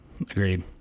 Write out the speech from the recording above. Agreed